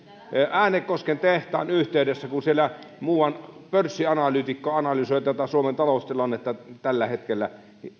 äänekosken tehtaan yhteydessä kun siellä muuan pörssianalyytikko analysoi suomen taloustilannetta tällä hetkellä